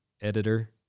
editor